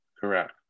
Correct